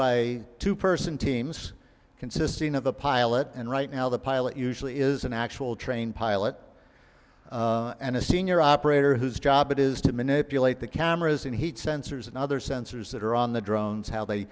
a two person teams consisting of a pilot and right now the pilot usually is an actual trained pilot and a senior operator whose job it is to manipulate the cameras and heat sensors and other sensors that are on the drones how they